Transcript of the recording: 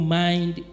mind